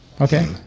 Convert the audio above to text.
Okay